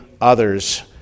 others